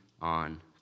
on